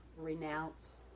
renounce